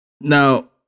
Now